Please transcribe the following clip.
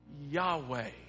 Yahweh